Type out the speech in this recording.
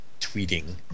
tweeting